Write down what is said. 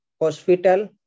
hospital